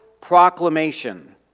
proclamation